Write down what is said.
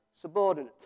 subordinate